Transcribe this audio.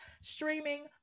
streaming